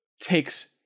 takes